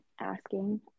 asking